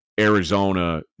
Arizona